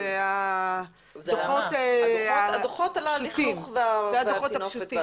אלה הדוחות הפשוטים.